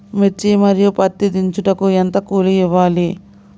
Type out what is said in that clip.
మిర్చి మరియు పత్తి దించుటకు ఎంత కూలి ఇవ్వాలి?